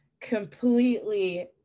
completely